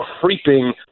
creeping